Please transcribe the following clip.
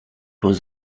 was